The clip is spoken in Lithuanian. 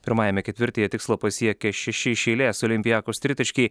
pirmajame ketvirtyje tikslą pasiekė šeši iš eilės olympiakos tritaškiai